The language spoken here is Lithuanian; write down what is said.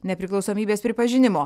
nepriklausomybės pripažinimo